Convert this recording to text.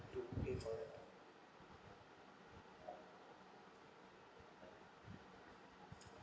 to pay for that ah